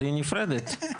היא נפרדת.